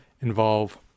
involve